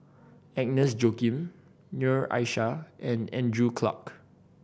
Agnes Joaquim Noor Aishah and Andrew Clarke